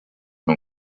nur